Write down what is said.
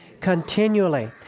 Continually